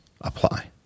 apply